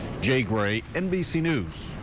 jay gray, nbc news,